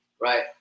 right